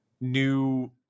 new